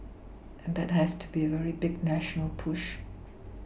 and that has to be a very big national push